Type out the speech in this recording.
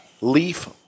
leaf